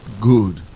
Good